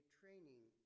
training